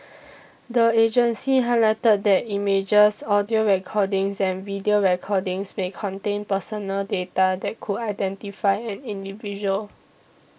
the agency highlighted that images audio recordings and video recordings may contain personal data that could identify an individual